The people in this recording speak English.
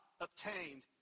obtained